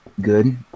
good